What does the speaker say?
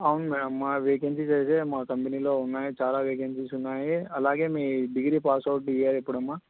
అవును మేడం మా వేకెన్సీస్ అయితే మా కంపెనీలో ఉన్నాయి చాలా వేకెన్సీస్ ఉన్నాయి అలాగే మీ డిగ్రీ పాస్ అవుట్ ఇయర్ ఎప్పుడమ్మ